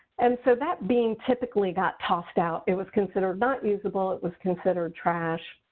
and so that bean typically got tossed out. it was considered not usable. it was considered trash.